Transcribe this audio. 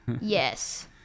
Yes